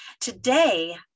today